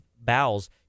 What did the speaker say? bowels